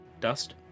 Dust